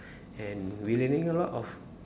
and we learning a lot of